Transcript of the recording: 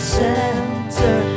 center